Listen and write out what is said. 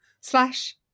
slash